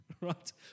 right